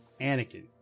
Anakin